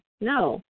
no